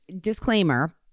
disclaimer